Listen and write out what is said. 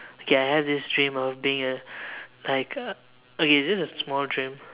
okay I have this dream of being a like a okay this is a small dream